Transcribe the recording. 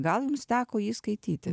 gal jums teko jį skaityti